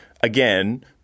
again